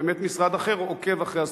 באמת משרד אחר עוקב אחרי הסטטיסטיקה.